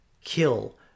kill